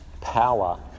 power